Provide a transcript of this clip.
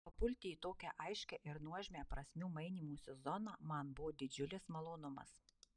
papulti į tokią aiškią ir nuožmią prasmių mainymosi zoną man buvo didžiulis malonumas